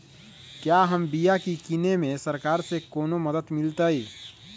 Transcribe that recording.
क्या हम बिया की किने में सरकार से कोनो मदद मिलतई?